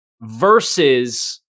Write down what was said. versus